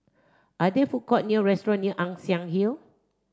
are there food courts near restaurants Ann Siang Hill